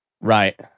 Right